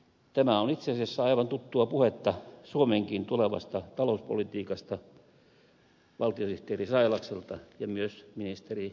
tämä on itse asiassa aivan tuttua puhetta suomenkin tulevasta talouspolitiikasta valtiosihteeri sailakselta ja myös ministeri kataiselta